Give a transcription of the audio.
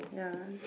ya